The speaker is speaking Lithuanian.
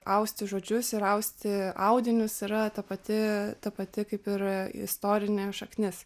austi žodžius ir austi audinius yra ta pati ta pati kaip ir istorinė šaknis